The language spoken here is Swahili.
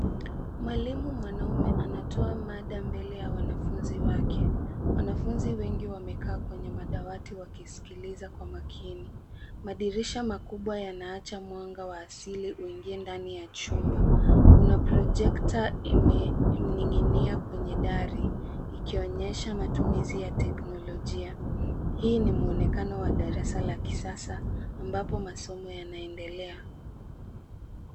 Mwalimu mwanaume anatoa mada mbele ya wanafunzi wake. Wanafunzi wengi wamekaa kwenye madawati wakiskiliza kwa makini. Madirisha makubwa yanaacha mwanga wa asili uingie ndani ya chumba. Kuna projector imeninginia kwenye dari ikionyesha matumizi ya teknolojia. Hii ni muonekano wa darasa la kisasa ambapo masomo yanaendelea.